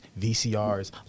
VCRs